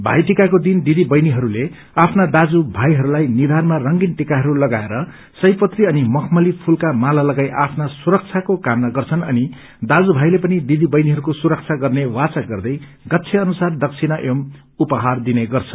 भई टीकाको दिन दिदी बहिनीहरूले आफ्ना दाजयू भाईहरूलाईनिथारमा रंगीन टीकाहरू लगाएर सयपत्री अनि मखमली फूलका माला लगाई आफ्न सुरक्षाको कामना गर्छन् अनि दान्यू भाईले पनि दिदी बहिनीहरूको सुरक्षा गन्नेवाचा गर्दै गच्छे अनुसार दक्षिणा एवं उपहार दिने गर्छ